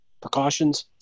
precautions